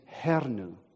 hernu